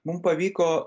mum pavyko